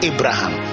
Abraham